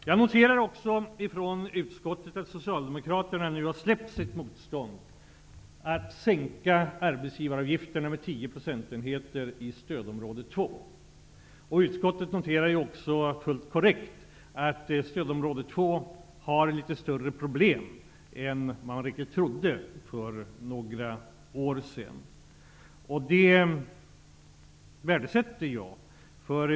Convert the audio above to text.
Jag noterar att socialdemokraterna i utskottet har släppt sitt motstånd mot att sänka arbetsgivaravgifterna med 10 procentenheter i stödområde 2. Utskottet noterar också fullt korrekt att stödområde 2 har litet större problem än vad man trodde för några år sedan. Det värdesätter jag.